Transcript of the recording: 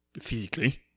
physically